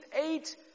eight